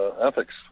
ethics